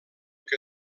que